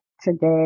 today